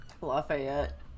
Lafayette